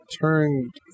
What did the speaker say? turned